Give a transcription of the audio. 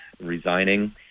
resigning